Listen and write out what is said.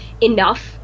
enough